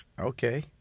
Okay